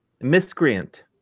miscreant